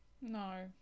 no